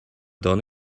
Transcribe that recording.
done